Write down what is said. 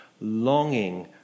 longing